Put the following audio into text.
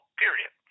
period